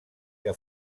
que